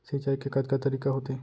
सिंचाई के कतका तरीक़ा होथे?